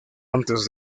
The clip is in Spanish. antes